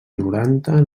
noranta